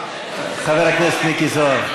חבר הכנסת מיקי זוהר,